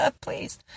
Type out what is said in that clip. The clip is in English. please